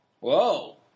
Whoa